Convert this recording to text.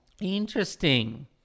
Interesting